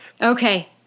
Okay